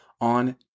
on